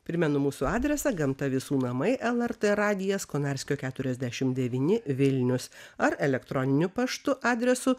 primenu mūsų adresą gamta visų namai lrt radijas konarskio keturiasdešim devyni vilnius ar elektroniniu paštu adresu